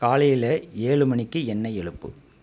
காலையில் ஏழு மணிக்கு என்னை எழுப்பு